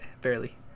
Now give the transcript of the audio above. Barely